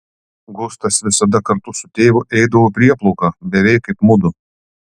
gustas visada kartu su tėvu eidavo į prieplauką beveik kaip mudu